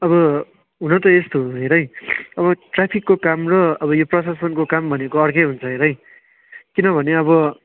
अब हुन त यस्तो हेर है अब ट्राफिकको काम र अब यो प्रशासनको काम भनेको अर्कै हुन्छ हेर है किनभने अब